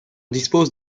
dispose